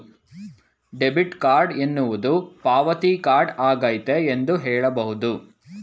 debit card ಎನ್ನುವುದು ಪಾವತಿ card ಆಗೈತೆ ಎಂದು ಹೇಳಬಹುದು